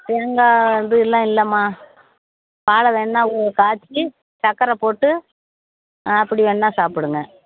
தேங்காய் வந்து எல்லாம் இல்லைம்மா பாலை வேணால் காய்ச்சி சக்கரை போட்டு அப்படி வேண்ணால் சாப்பிடுங்க